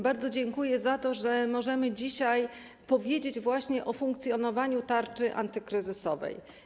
Bardzo dziękuję za to, że możemy dzisiaj powiedzieć o funkcjonowaniu tarczy antykryzysowej.